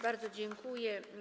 Bardzo dziękuję.